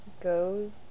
Go